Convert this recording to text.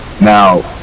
now